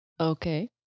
Okay